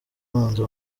ubanza